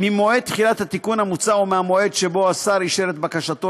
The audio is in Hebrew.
ממועד תחילת התיקון המוצע או מהמועד שבו השר אישר את בקשתו,